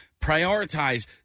prioritize